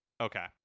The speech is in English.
Okay